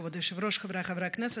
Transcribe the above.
כבוד היושב-ראש, חבריי חברי הכנסת,